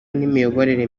n’imiyoborere